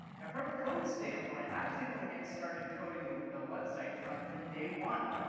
and from a code standpoint i was able to get started coding the the website from from day one.